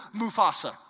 Mufasa